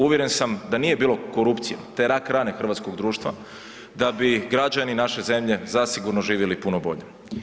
Uvjeren sam da nije bilo korupcije, te rak rane hrvatskog društva da bi građani naše zemlje zasigurno živjeli puno bolje.